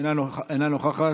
אינה נוכחת,